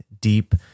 deep